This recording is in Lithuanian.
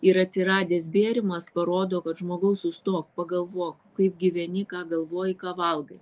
ir atsiradęs bėrimas parodo kad žmogau sustok pagalvok kaip gyveni ką galvoji ką valgai